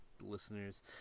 listeners